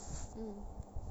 mm